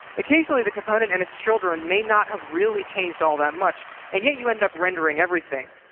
occasionally, the component and its children may not have really changed all that much and yet you end up rendering everything.